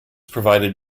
provided